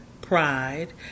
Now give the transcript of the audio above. pride